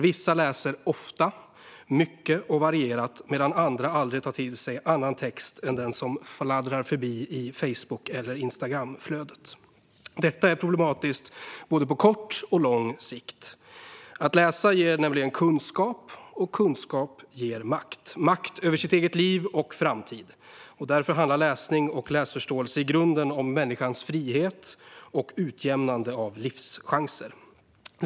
Vissa läser ofta, mycket och varierat, medan andra aldrig tar till sig annan text än den som fladdrar förbi i Facebook eller Instagramflödet. Detta är problematiskt på både kort och lång sikt. Att läsa ger nämligen kunskap, och kunskap ger makt - makt över ens eget liv och ens egen framtid. Därför handlar läsning och läsförståelse i grunden om människans frihet och om utjämnande av livschanser.